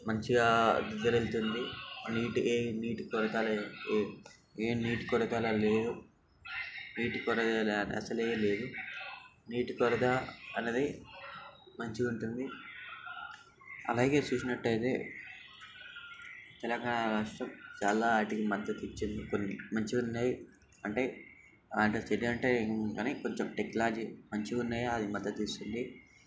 మంచిగా జరుగుతుంది నీటి నీటి కొరత ఏ ఏ నీటి కొరత అలా లేవు నీటి కొరత అసలే లేదు నీటి కొరత అనేది మంచిగా ఉంటుంది అలాగే చూసినట్టు అయితే తెలంగాణ రాష్ట్రం చాలా వాటికి మద్దతు ఇచ్చింది కొన్ని మంచిగా ఉన్నాయి అంటే అంటే చెడు అంటే ఉందనే కొంచెం టెక్నాలజీ మంచిగా ఉన్నాయా అది మద్దతు ఇస్తుంది